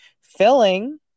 filling